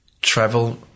travel